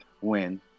win